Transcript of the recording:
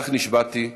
כך נשבעתי,